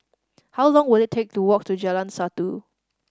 how long will it take to walk to Jalan Satu